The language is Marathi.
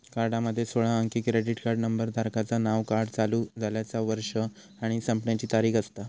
कार्डामध्ये सोळा अंकी क्रेडिट कार्ड नंबर, धारकाचा नाव, कार्ड चालू झाल्याचा वर्ष आणि संपण्याची तारीख असता